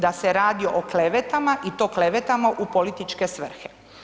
Da se radi o klevetama, i to klevetama u političke svrhe.